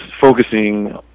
focusing